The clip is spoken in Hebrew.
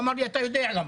הוא אמר לי: אתה יודע למה.